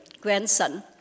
grandson